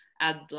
add